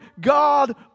God